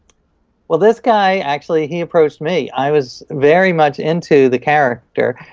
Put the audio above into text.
well, this guy, actually, he approached me. i was very much into the character,